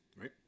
right